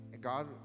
God